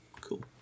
Cool